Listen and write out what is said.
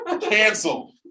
cancel